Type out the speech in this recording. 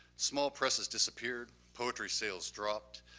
small presses disappeared, poetry sales dropped,